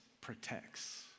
protects